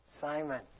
Simon